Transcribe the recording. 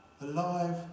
alive